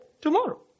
Tomorrow